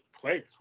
players